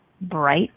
bright